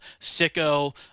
sicko